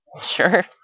Sure